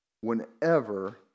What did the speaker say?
whenever